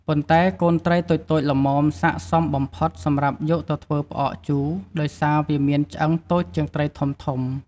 ប៉ុន្តែ កូនត្រីតូចៗល្មមសាកសមបំផុតសម្រាប់យកទៅធ្វើផ្អកជូរ ដោយសារវាមានឆ្អឹងតូចជាងត្រីធំៗ។